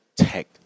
tech